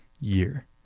year